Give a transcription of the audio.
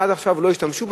עד עכשיו לא השתמשו,